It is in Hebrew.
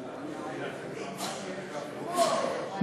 המשותפת,